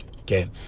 Okay